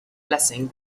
blessing